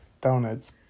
donuts